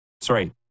sorry